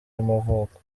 y’amavuko